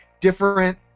different